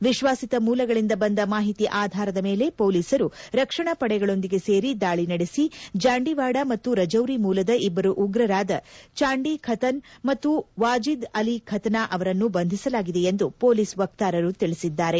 ವಿಶ್ವಾಸಿತ ಮೂಲಗಳಿಂದ ಬಂದ ಮಾಹಿತಿ ಆಧಾರದ ಮೇಲೆ ಪೊಲೀಸರು ರಕ್ಷಣಾ ಪಡೆಗಳೊಂದಿಗೆ ಸೇರಿ ದಾಳಿ ನಡೆಸಿ ಜಾಂಡೀವಾಡ ಮತ್ತು ರಜೌರಿ ಮೂಲದ ಇಬ್ಬರು ಉಗ್ರರಾದ ಚಾಂಡಿ ಖತನ ಮತ್ತು ವಾಜೀದ್ ಅಲಿ ಖತನ ಅವರನ್ನು ಬಂಧಿಸಲಾಗಿದೆ ಎಂದು ಮೊಲೀಸ್ ವಕ್ತಾರರು ತಿಳಿಸಿದ್ದಾರೆ